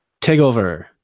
Takeover